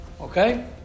Okay